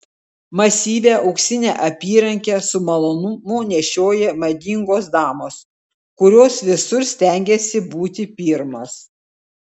masyvią auksinę apyrankę su malonumu nešioja madingos damos kurios visur stengiasi būti pirmos